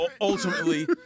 ultimately